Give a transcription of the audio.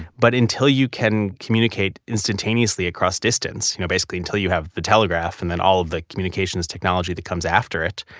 but until you can communicate instantaneously across distance, you know basically until you have the telegraph and then all of the communications technology that comes after it,